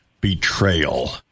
Betrayal